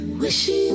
wishing